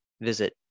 visit